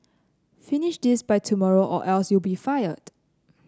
finish this by tomorrow or else you'll be fired